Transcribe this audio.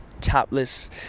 topless